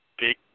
big